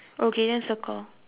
okay then circle